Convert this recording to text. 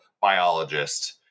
biologist